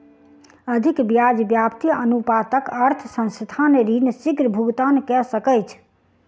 अधिक ब्याज व्याप्ति अनुपातक अर्थ संस्थान ऋण शीग्र भुगतान कय सकैछ